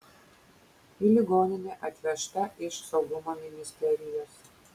į ligoninę atvežta iš saugumo ministerijos